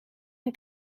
een